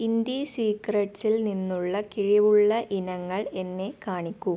Indie സീക്രട്സിൽ നിന്നുള്ള കിഴിവുള്ള ഇനങ്ങൾ എന്നെ കാണിക്കൂ